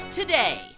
today